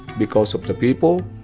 because of the people,